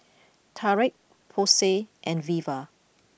Tarik Posey and Veva